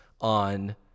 on